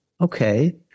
Okay